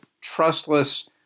trustless